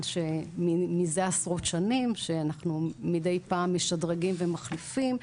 שמזה עשרות שנים שאנחנו מדי פעם משדרגים ומחליפים.